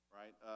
right